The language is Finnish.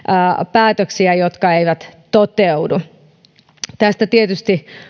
päätöksiä jotka eivät toteudu näistä tietysti